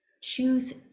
choose